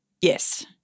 yes